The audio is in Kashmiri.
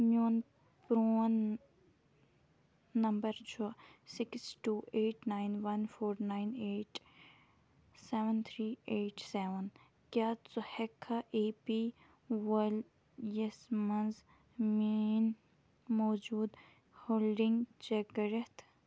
میون پرٛون نمبَر چھُ six two eight nine one four nine eight seven three eight seven کیٛاہ ژٕ ہیٚککھا اے پی وایل یَس منٛز میٛٲنۍ موجوٗدٕ ہولڈِنٛگ چٮ۪ک کٔرِتھ